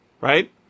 right